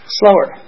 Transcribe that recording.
slower